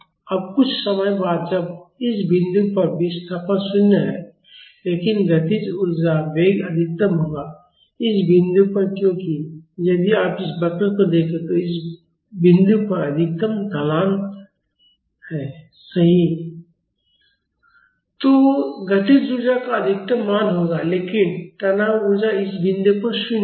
अब कुछ समय बाद जब इस बिंदु पर विस्थापन 0 है लेकिन गतिज ऊर्जा वेग अधिकतम होगा इस बिंदु पर क्योंकि यदि आप इस वक्र को देखें तो इस बिंदु पर अधिकतम ढलान सही तो गतिज ऊर्जा का अधिकतम मान होगा लेकिन तनाव ऊर्जा इस बिंदु पर 0 होगी